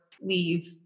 leave